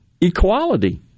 Equality